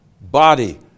body